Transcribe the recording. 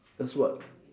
as what